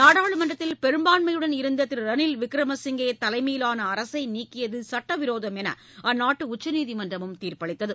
நாடாளுமன்றத்தில் பெரும்பான்மையுடன் இருந்த திரு ரனில் விக்ரமசிங்கே தலைமையிலான அரசை நீக்கியது சட்டவிரோதம் என்று அந்நாட்டு உச்சநீதிமன்றமும் தீர்ப்பளித்தது